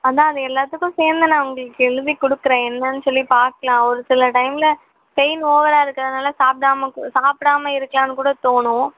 அதுதான் அது எல்லாத்துக்கும் சேர்ந்து நான் உங்களுக்கு எழுதி கொடுக்குறேன் என்னன்னு சொல்லி பாக்கலாம் ஒரு சில டைமில் பெயின் ஓவராக இருக்கிறனால சாப்பிடாம கூ சாப்பிடாம இருக்கலாம்னு கூட தோணும்